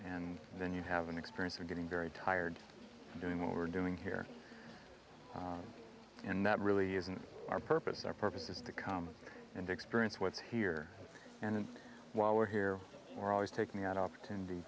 and then you have an experience of getting very tired doing what we're doing here and that really isn't our purpose our purpose is to come and experience what's here and while we're here we're always taking out opportunity